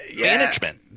management